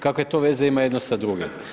Kakve to veze ima jedno sa drugim?